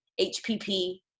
HPP